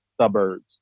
suburbs